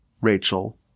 Rachel